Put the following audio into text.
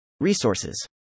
Resources